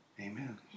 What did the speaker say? amen